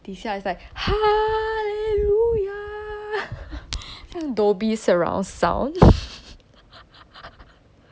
等一下 it's like hallelujah some dhoby surround sound